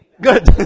Good